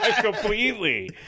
completely